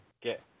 get